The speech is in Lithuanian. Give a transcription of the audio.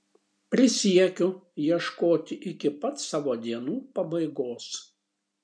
prisiekiu ieškoti iki pat savo dienų pabaigos